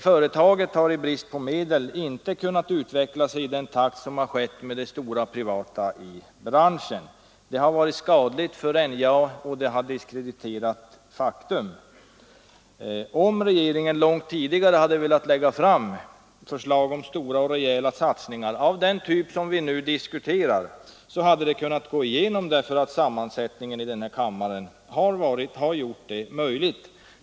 Företaget har i brist på medel inte kunnat utvecklas i den takt som skett med de stora privata företagen i branschen. Det har varit skadligt för NJA. Om regeringen långt tidigare hade velat lägga fram förslag om stora och rejäla satsningar av den typ som vi nu diskuterar, så hade dessa förslag kunnat gå igenom — mandatfördelningen i denna kammare hade gjort detta möjligt.